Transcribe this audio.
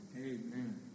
amen